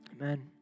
Amen